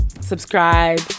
subscribe